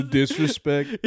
disrespect